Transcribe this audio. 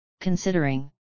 considering